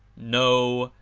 no,